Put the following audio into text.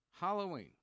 Halloween